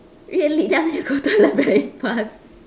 really very fast